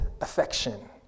affection